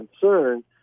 concern